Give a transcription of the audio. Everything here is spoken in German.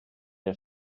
der